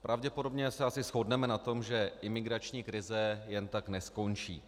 Pravděpodobně se asi shodneme na tom, že imigrační krize jen tak neskončí.